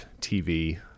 TV